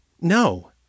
No